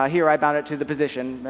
here i bound it to the position,